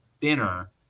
thinner